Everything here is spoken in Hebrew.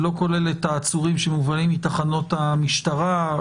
זה לא כולל את העצורים שמובלים מתחנות המשטרה.